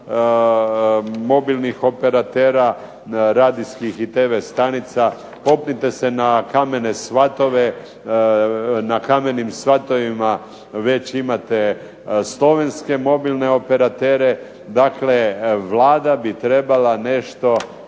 mobilnih operatera, radijskih i tv stanica. Popnite se na Kamene svatove, na Kamenim svatovima već imate slovenske mobilne operatere. Dakle, Vlada bi trebala nešto